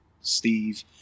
Steve